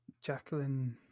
Jacqueline